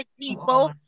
people